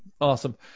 Awesome